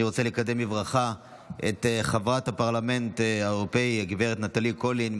אני רוצה לקדם בברכה את חברת הפרלמנט האירופי גב' נטלי קולין,